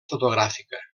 fotogràfica